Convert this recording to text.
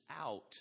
out